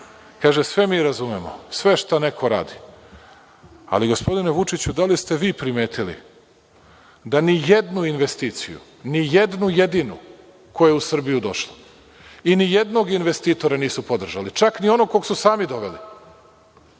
Kaže – sve mi razumemo, sve što neko radi, ali gospodine Vučiću da li ste vi primetili da nijednu investiciju, nijednu jedinu, koja je u Srbiju došla i ni jednog investitora nisu podržali, čak ni onog kog su sami doveli.